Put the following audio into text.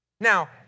Now